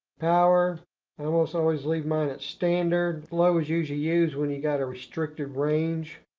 power. i almost always leave mine at standard. low is usually used when you got a restricted range.